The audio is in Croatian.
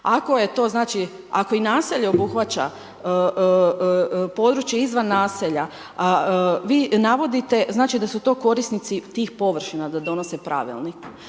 ako i naselje obuhvaća područje izvan naselja, vi na vodite da su to korisnici tih površina da donose pravilnik